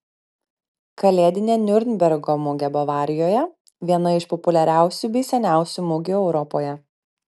kalėdinė niurnbergo mugė bavarijoje viena iš populiariausių bei seniausių mugių europoje